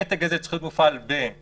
המתג הזה צריך להיות מופעל בדחיפות